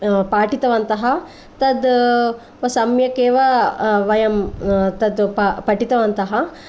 पाठितवन्तः तत् सम्यक् एव वयं तत् पा पठितवन्तः